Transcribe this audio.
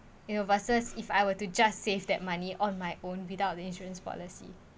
you know versus if I were to just save that money on my own without the insurance policy